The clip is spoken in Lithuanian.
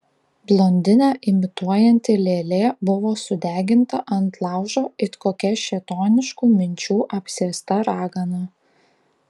blondinę imituojanti lėlė buvo sudeginta ant laužo it kokia šėtoniškų minčių apsėsta ragana